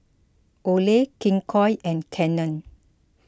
Olay King Koil and Canon